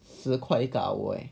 十块一个 hour leh